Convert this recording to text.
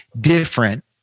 different